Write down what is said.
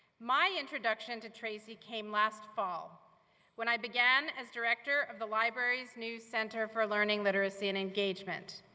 my introduction to tracy came last fall when i began as director of the library's new center for learning, literacy and engagement.